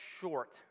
short